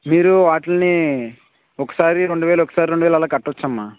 మీరు వాటిలని ఒకసారి రెండువేలు ఒకసారి రెండువేలు అలా కట్టవచ్చు అమ్మా